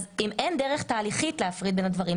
אז אם אין דרך תהליכית להפריד בין הדברים,